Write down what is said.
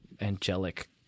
angelic